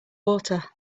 water